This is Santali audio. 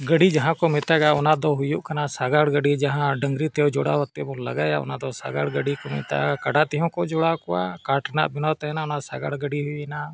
ᱜᱟᱹᱰᱤ ᱡᱟᱦᱟᱸ ᱠᱚ ᱢᱮᱛᱟᱜᱼᱟ ᱚᱱᱟᱫᱚ ᱦᱩᱭᱩᱜ ᱠᱟᱱᱟ ᱥᱟᱜᱟᱲ ᱜᱟᱹᱰᱤ ᱡᱟᱦᱟᱸ ᱰᱟᱝᱨᱤ ᱛᱮᱦᱚᱸ ᱡᱚᱲᱟᱣ ᱠᱟᱛᱮᱵᱚᱱ ᱞᱟᱜᱟᱭᱟ ᱚᱱᱟᱫᱚ ᱥᱟᱜᱟᱲ ᱜᱟᱹᱰᱤ ᱠᱚ ᱢᱮᱛᱟᱜᱼᱟ ᱠᱟᱰᱟ ᱛᱮᱦᱚᱸ ᱠᱚ ᱡᱚᱲᱟᱣ ᱠᱚᱣᱟ ᱠᱟᱴ ᱨᱮᱱᱟᱜ ᱵᱮᱱᱟᱣ ᱛᱟᱦᱮᱱᱟ ᱚᱱᱟ ᱥᱟᱜᱟᱲ ᱜᱟᱹᱰᱤ ᱦᱩᱭᱮᱱᱟ